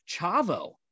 Chavo